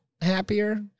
happier